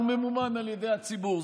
הוא ממומן על ידי הציבור,